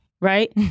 right